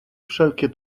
wszelkie